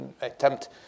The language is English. attempt